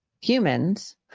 humans